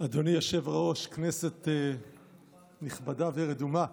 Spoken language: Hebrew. אדוני היושב-ראש, כנסת נכבדה ורדומה,